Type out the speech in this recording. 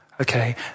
Okay